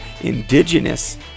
indigenous